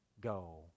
go